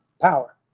power